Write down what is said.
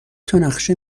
تانقشه